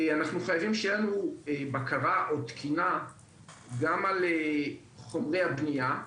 אנחנו חייבים שתהיה לנו בקרה או תקינה גם על חומרי הבנייה.